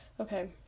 Okay